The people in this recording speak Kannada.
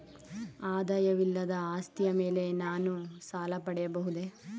ಆದಾಯವಿಲ್ಲದ ಆಸ್ತಿಯ ಮೇಲೆ ನಾನು ಸಾಲ ಪಡೆಯಬಹುದೇ?